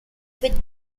with